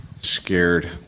Scared